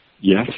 yes